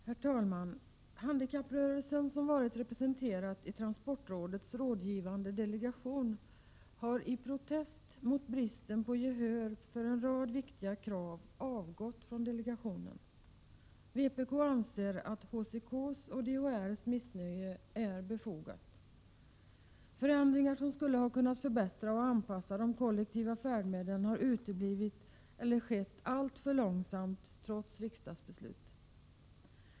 Herr talman! Handikapprörelsen, som varit representerad i transportrådets rådgivande delegation, har i protest mot bristen på gehör för en rad viktiga krav avgått från delegationen. Vpk anser att HCK:s och DHR:s missnöje är befogat. Förändringar som skulle ha kunnat förbättra och anpassa de kollektiva färdmedlen har uteblivit eller skett alltför långsamt, trots riksdagsbeslut.